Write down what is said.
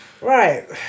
right